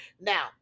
Now